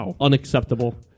unacceptable